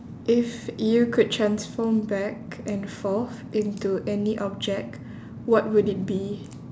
if you could transform back and forth into any object what would it be